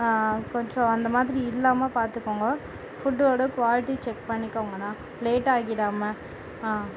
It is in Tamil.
கொஞ்சம் அந்த மாதிரி இல்லாமல் பார்த்துக்கோங்க ஃபுட்டோட குவாலிட்டி செக் பண்ணிக்கோங்கண்ணா லேட் ஆகிவிடாம ஆ